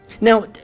Now